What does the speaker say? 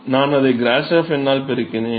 எனவே நான் அதை கிராஷாஃப் எண்ணால் பெருக்கினேன்